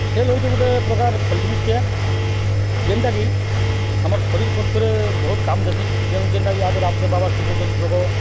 ଖେଲ୍ ହଉଛେ ଗୁଟେ ପ୍ରକାର୍ ଭଲ୍ ଜିନିଷ୍ଟେ ଏ ଯେନ୍ଟାକି ଆମର୍ ଶରୀର୍ ପକ୍ଷରେ ବହୁତ୍ କାମ୍ ଦେସି ଯେନ୍ ଯେନ୍ଟାକି ଇହାଦେ ରାମ୍ଦେବ୍ ବାବା ସେ ଶିଖଉଚନ୍ ଯୋଗ